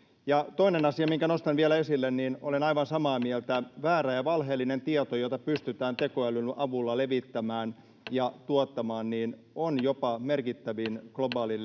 koputtaa] minkä nostan vielä esille: olen aivan samaa mieltä, että väärä ja valheellinen tieto, jota pystytään tekoälyn avulla levittämään ja tuottamaan, on jopa merkittävin globaaliin